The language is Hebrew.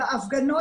בהפגנות,